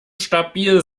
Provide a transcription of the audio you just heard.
stabil